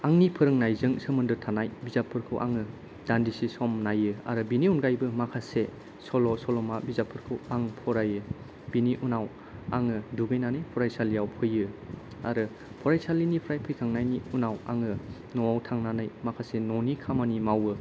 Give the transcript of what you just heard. आंनि फोरोंनायजों सोमोन्दो थानाय बिजाबफोरखौ आङो दान्दिसे सम नायो आरो बेनि अनगायैबो माखासे सल' सल'मा बिजाबफोरखौ आं फरायो बिनि उनाव आङो दुगैनानै फरायसालियाव फैयो आरो फरायसालिनिफ्राय फैखांनायनि उनाव आङो न'आव थांनानै माखासे न'नि खामानि मावो